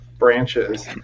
Branches